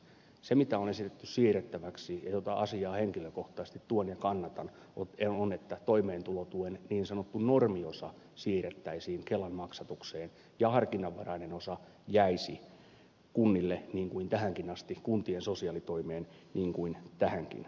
se mitä on esitetty siirrettäväksi ja jota asiaa henkilökohtaisesti tuen ja kannatan on että toimeentulotuen niin sanottu normiosa siirrettäisiin kelan maksatukseen ja harkinnanvarainen osa jäisi kunnille niin kuin tähänkin asti kuntien sosiaalitoimeen niin kuin tähänkin asti